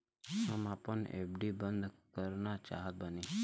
हम आपन एफ.डी बंद करना चाहत बानी